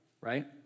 right